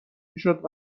میشد